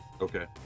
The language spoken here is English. okay